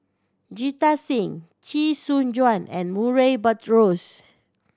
Jita Singh Chee Soon Juan and Murray Buttrose